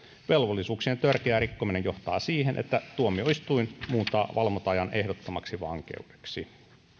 velvollisuuksien törkeä rikkominen johtaa siihen että tuomioistuin muuntaa valvonta ajan ehdottomaksi vankeudeksi